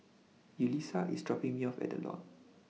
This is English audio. Yulisa IS dropping Me off At The Lawn